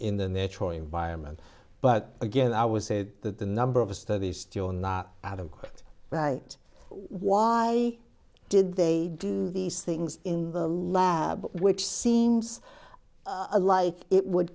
choice vironment but again i would say that the number of studies still not adequate right why did they do these things in the lab which seems like it would